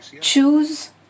choose